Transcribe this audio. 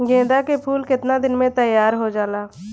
गेंदा के फूल केतना दिन में तइयार हो जाला?